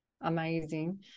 amazing